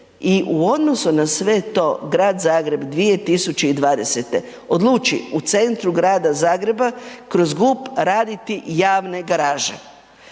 i u odnosu na sve to Grad Zagreb 2020. odluči u centru Grada Zagreba kroz GUP raditi javne garaže.